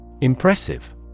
Impressive